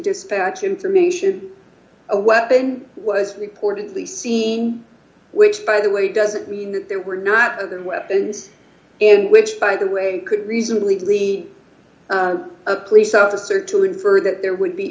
dispatch information a weapon was reportedly seen which by the way doesn't mean that there were not of the weapons and which by the way could reasonably be a police officer to infer that there would be